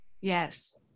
Yes